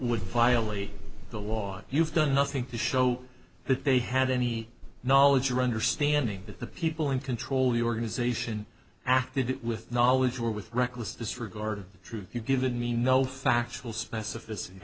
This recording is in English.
would violate the law and you've done nothing to show that they had any knowledge or understanding that the people in control the organization acted with knowledge or with reckless disregard truth you've given me no factual specificity